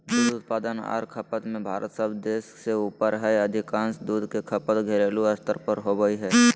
दूध उत्पादन आर खपत में भारत सब देश से ऊपर हई अधिकांश दूध के खपत घरेलू स्तर पर होवई हई